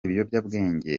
ibiyobyabwenge